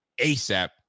ASAP